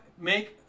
make